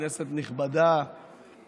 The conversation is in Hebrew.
כנסת נכבדה,